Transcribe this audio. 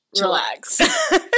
relax